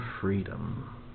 freedom